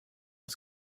das